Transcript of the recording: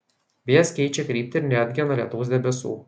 vėjas keičia kryptį ir neatgena lietaus debesų